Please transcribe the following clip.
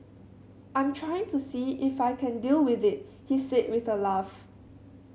I'm trying to see if I can deal with it he said with a laugh